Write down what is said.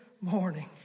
morning